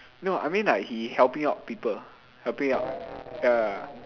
no I mean like he helping out people helping out ya